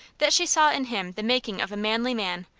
that she saw in him the making of a manly man,